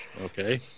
okay